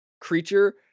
creature